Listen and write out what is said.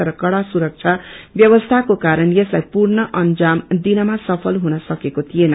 तर कड़ा सुरक्षा व्यवस्थाको कारण यसलाई पूर्ण अंजाम दिनमा सफल हुन सकेको थिएन